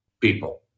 people